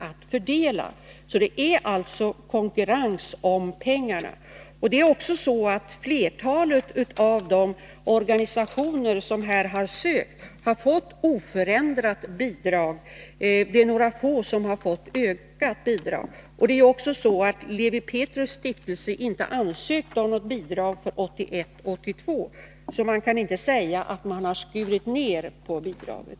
att fördela. Det är alltså konkurrens om pengarna. Det är också så att flertalet av de organisationer som här har sökt har fått oförändrat bidrag. Det är några få som har fått ökat bidrag. Det är dessutom så att Lewi Pethrus Stiftelse inte ansökt om något bidrag för 1981/82. Det kan därför inte sägas att man har skurit ned bidraget.